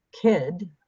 kid